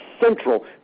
central